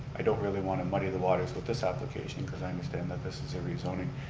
i don't really want to muddy the waters with this application because i understand that this is a rezoning.